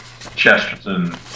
Chesterton